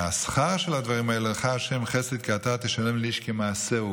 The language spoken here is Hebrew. השכר על הדברים האלה: "לך ה' חסד כי אתה תשלם לאיש כמעשהו".